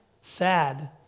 Sad